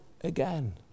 again